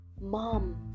mom